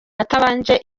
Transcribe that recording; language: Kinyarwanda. atabanje